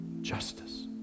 justice